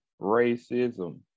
Racism